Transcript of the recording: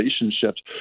relationships